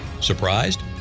Surprised